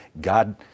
God